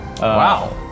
Wow